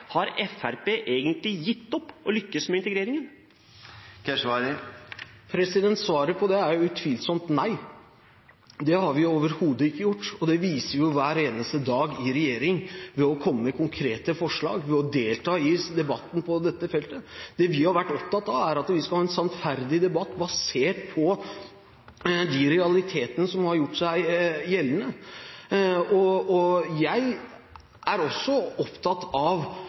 Har Fremskrittspartiet egentlig gitt opp å lykkes med integreringen? Svaret på det er utvilsomt nei, det har vi overhodet ikke gjort. Det viser vi hver eneste dag i regjering ved å komme med konkrete forslag, ved å delta i debatten på dette feltet. Det vi har vært opptatt av, er at vi skal ha en sannferdig debatt basert på de realitetene som har gjort seg gjeldende. Jeg er også opptatt av